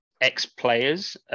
ex-players